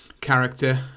character